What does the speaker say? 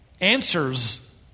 answers